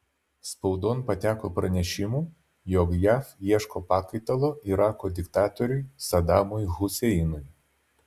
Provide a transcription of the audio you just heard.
spaudon pateko pranešimų jog jav ieško pakaitalo irako diktatoriui sadamui huseinui